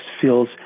feels